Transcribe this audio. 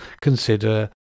Consider